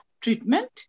treatment